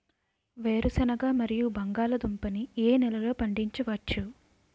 వేరుసెనగ మరియు బంగాళదుంప ని ఏ నెలలో పండించ వచ్చు?